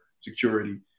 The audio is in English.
security